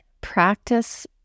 Practice